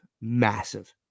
massive